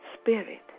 Spirit